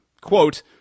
Quote